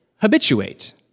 habituate